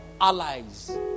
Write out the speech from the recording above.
Allies